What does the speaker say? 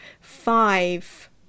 five